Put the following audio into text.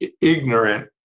ignorant